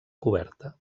coberta